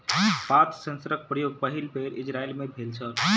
पात सेंसरक प्रयोग पहिल बेर इजरायल मे भेल छल